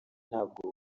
ntabwo